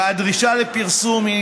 והדרישה לפרסום היא